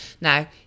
Now